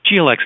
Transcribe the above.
GLX